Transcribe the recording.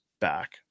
back